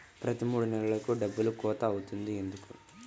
ప్రతి మూడు నెలలకు డబ్బులు కోత అవుతుంది ఎందుకు?